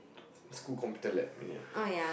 school computer lab ya